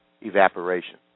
evaporation